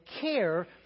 care